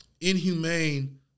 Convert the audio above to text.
inhumane